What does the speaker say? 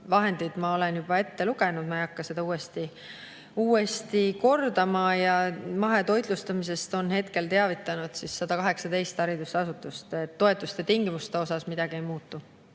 vahendid ma olen juba ette lugenud, ma ei hakka seda uuesti kordama. Mahetoitlustamisest on hetkel teavitanud 118 haridusasutust. Toetuste tingimustes midagi ei muutu.